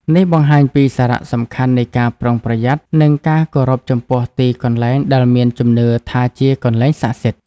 នេះបង្ហាញពីសារៈសំខាន់នៃការប្រុងប្រយ័ត្ន និងការគោរពចំពោះទីកន្លែងដែលមានជំនឿថាជាកន្លែងស័ក្តិសិទ្ធិ។